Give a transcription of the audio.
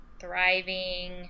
thriving